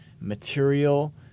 material